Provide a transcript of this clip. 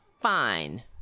Fine